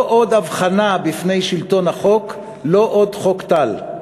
לא עוד הבחנה בפני שלטון החוק, לא עוד חוק טל.